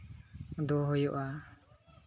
ᱫᱚᱦᱚᱭ ᱦᱩᱭᱩᱜᱼᱟ